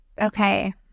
Okay